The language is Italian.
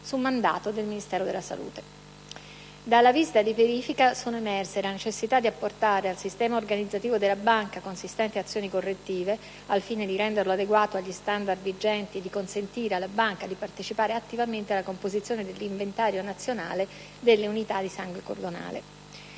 su mandato del Ministero della salute. Dalla visita di verifica sono emerse la necessità di apportare al sistema organizzativo della Banca consistenti azioni correttive, al fine di renderlo adeguato agli *standard* vigenti e di consentire alla stessa Banca di partecipare attivamente alla composizione dell'inventario nazionale delle unità di sangue cordonale;